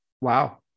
Wow